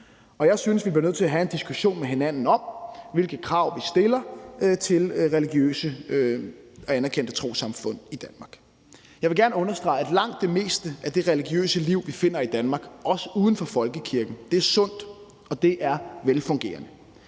Og jeg synes, at vi bliver nødt til have en diskussion med hinanden om, hvilke krav vi stiller til religiøse og anerkendte trossamfund i Danmark. Jeg vil gerne understrege, at langt det meste af det religiøse liv, vi finder i Danmark, også uden for folkekirken, er sundt og velfungerende.